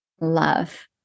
love